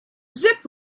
zip